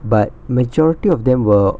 but majority of them were